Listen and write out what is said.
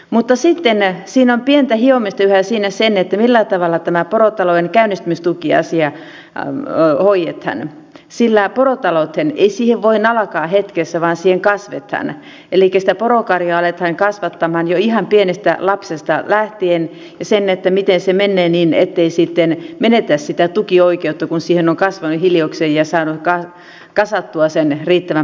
mutta sitten on pientä hiomista yhä siinä millä tavalla tämä porotalouden käynnistämistukiasia hoidetaan porotalouteen ei voi alkaa hetkessä vaan siihen kasvetaan elikkä sitä porokarjaa aletaan kasvattamaan jo ihan pienestä lapsesta lähtien miten se menee ettei sitten menetä sitä tukioikeutta kun siihen on kasvanut hiljakseen ja saanut kasattua sen riittävän poromäärän